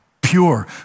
pure